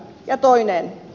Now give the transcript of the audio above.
ja toinen